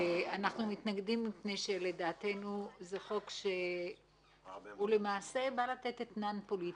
אנחנו מתנגדים כי זה חוק שלמעשה בא לתת אתנן פוליטי.